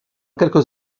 quelques